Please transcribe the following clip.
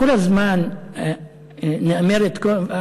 כל הזמן נאמרת כאן,